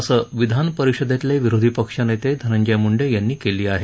असं विधानपरिषदेतले विरोधी पक्षनेते धंनजय मुंडे यांनी केली आहे